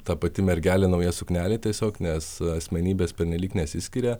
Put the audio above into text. ta pati mergelė nauja suknelė tiesiog nes asmenybės pernelyg nesiskiria